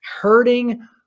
hurting